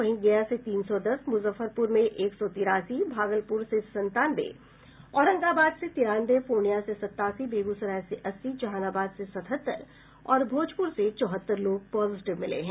वहीं गया से तीन सौ दस मुजफ्फरपुर में एक सौ तिरासी भागलपुर से संतानवे औरंगाबाद से तिरानवे पूर्णिया से सतासी बेगूसराय से अस्सी जहानाबाद से सतहत्तर और भोजपुर से चौहत्तर लोग पॉजिटिव मिले हैं